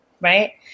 right